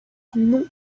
non